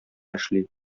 эшли